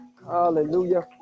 Hallelujah